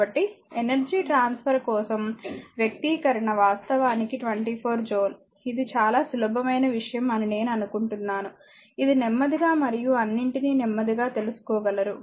కాబట్టి energy transfer కోసం వ్యక్తీకరణ వాస్తవానికి 24 జూల్ ఇది చాలా సులభమైన విషయం అని నేను అనుకుంటున్నాను ఇది నెమ్మదిగా మరియు అన్నింటినీ నెమ్మదిగా తెలుసుకోగలరు